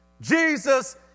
Jesus